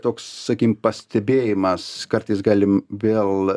toks sakykim pastebėjimas kartais galim vėl